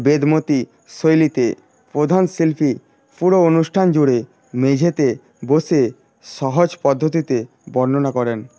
বেদমতী শৈলীতে প্রধান শিল্পী পুরো অনুষ্ঠান জুড়ে মেঝেতে বসে সহজ পদ্ধতিতে বর্ণনা করেন